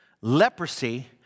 Leprosy